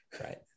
right